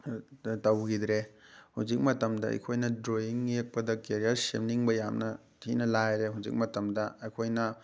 ꯇꯧꯈꯤꯗ꯭ꯔꯦ ꯍꯧꯖꯤꯛ ꯃꯇꯝꯗ ꯑꯩꯈꯣꯏꯅ ꯗ꯭ꯔꯣꯌꯤꯡ ꯌꯦꯛꯄꯗ ꯀꯦꯔꯤꯌꯥꯔ ꯁꯦꯝꯅꯤꯡꯕ ꯌꯥꯝꯅ ꯊꯤꯅ ꯂꯥꯏꯔꯦ ꯍꯧꯖꯤꯛ ꯃꯇꯝꯗ ꯑꯩꯈꯣꯏꯅ